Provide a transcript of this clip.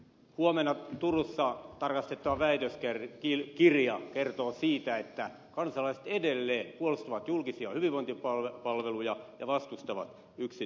huomenna turussa tarkastettava väitöskirja kertoo siitä että kansalaiset edelleen puolustavat julkisia hyvinvointipalveluja ja vastustavat yksityistämistä